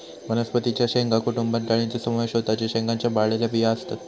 वनस्पतीं च्या शेंगा कुटुंबात डाळींचो समावेश होता जे शेंगांच्या वाळलेल्या बिया असतत